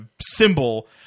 symbol